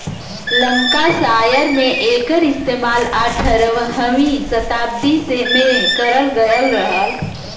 Lancashire में एकर इस्तेमाल अठारहवीं सताब्दी में करल गयल रहल